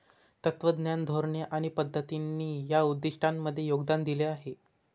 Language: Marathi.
तत्त्वज्ञान, धोरणे आणि पद्धतींनी या उद्दिष्टांमध्ये योगदान दिले आहे